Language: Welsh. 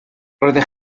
roeddech